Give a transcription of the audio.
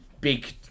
big